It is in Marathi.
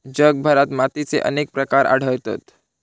जगभरात मातीचे अनेक प्रकार आढळतत